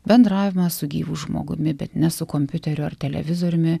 bendravimą su gyvu žmogumi bet ne su kompiuteriu ar televizoriumi